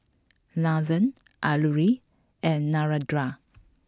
Nathan Alluri and Narendra